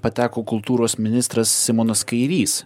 pateko kultūros ministras simonas kairys